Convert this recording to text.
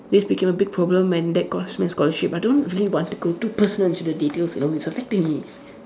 this became a big problem and that cost me a scholarship I don't really want to go too personal into the details you know it's affecting me